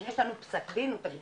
יש לנו פסק דין תקדימי,